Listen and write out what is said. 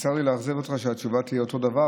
צר לי לאכזב אותך שהתשובה תהיה אותו דבר.